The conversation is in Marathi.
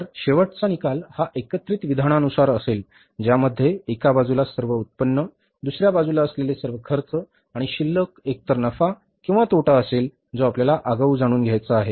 तर शेवटचा निकाल हा एकत्रित विधानानुसार असेल ज्यामध्ये एका बाजूला सर्व उत्पन्न दुसर्या बाजूला असलेले सर्व खर्च आणि शिल्लक एकतर नफा किंवा तोटा असेल जो आपल्याला आगाऊ जाणून घ्यायचा आहे